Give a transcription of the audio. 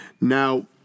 Now